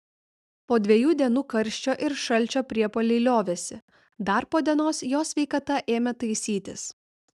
po dviejų dienų karščio ir šalčio priepuoliai liovėsi dar po dienos jo sveikata ėmė taisytis